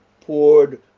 poured